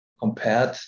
compared